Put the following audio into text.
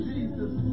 Jesus